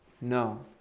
No